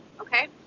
okay